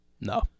No